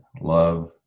love